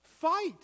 fight